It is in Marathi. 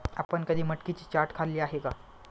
आपण कधी मटकीची चाट खाल्ली आहे का?